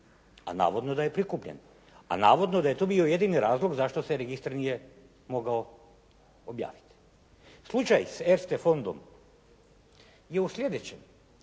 a navodno da je prikupljeno i navodno da je to bio jedini razlog zašto se registar nije mogao objaviti. Slučaj s Erste fondom je u sljedećem.